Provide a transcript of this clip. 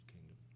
Kingdom